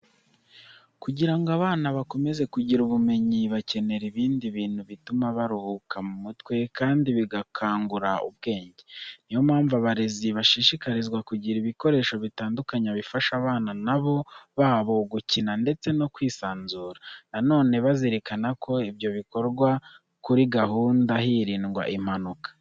Kugira ngo abana bakomeze kugira ubumenyi, bakenera ibindi bintu bituma baruhuka mu mutwe kandi bigakangura ubwenge. Ni yo mpamvu abarezi, bashishikarizwa kugira ibikoresho bitandukanye bifasha abana babo gukina ndetse no kwisanzura. Na none bazirikana ko ibyo bikorwa kuri gahunda hirindwa impanuka.